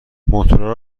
موتورا